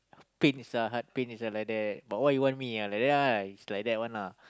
pain sia heart pain sia like that but what you want me ah like that lah it's like that one ah